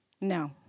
No